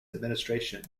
administration